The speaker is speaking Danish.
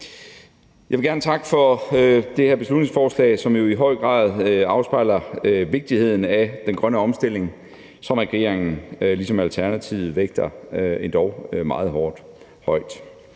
Jeg vil gerne takke for det her beslutningsforslag, som jo i høj grad afspejler vigtigheden af den grønne omstilling, som regeringen, ligesom Alternativet, vægter endog meget højt.